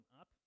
up